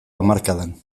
hamarkadan